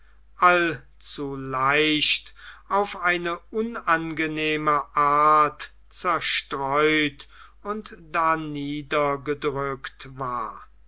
allzu leicht auf eine unangenehme art zerstreut und darniedergedrückt war